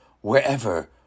Wherever